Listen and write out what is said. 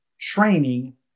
training